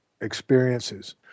experiences